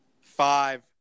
five